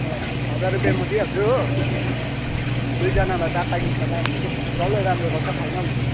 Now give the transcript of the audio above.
अँ हजार रुपियाँ म दिइहाल्छु हो दुईजनालाई चारवटा गीतमा डान्स जसले राम्रो गर्छ फाइनल हुन्छ